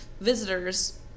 visitors